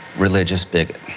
religious bigot.